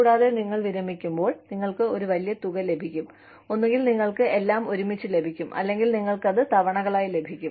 കൂടാതെ നിങ്ങൾ വിരമിക്കുമ്പോൾ നിങ്ങൾക്ക് ഒരു വലിയ തുക ലഭിക്കും ഒന്നുകിൽ നിങ്ങൾക്ക് എല്ലാം ഒരുമിച്ച് ലഭിക്കും അല്ലെങ്കിൽ നിങ്ങൾക്ക് അത് തവണകളായി ലഭിക്കും